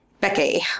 Becky